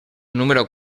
número